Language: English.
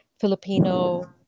Filipino